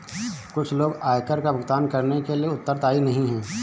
कुछ लोग आयकर का भुगतान करने के लिए उत्तरदायी नहीं हैं